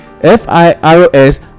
firos